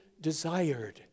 desired